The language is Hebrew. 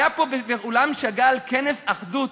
היה באולם שאגאל כנס אחדות.